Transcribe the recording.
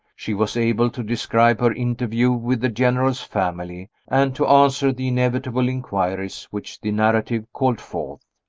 she was able to describe her interview with the general's family, and to answer the inevitable inquiries which the narrative called forth.